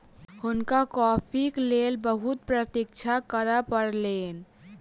हुनका कॉफ़ीक लेल बहुत प्रतीक्षा करअ पड़लैन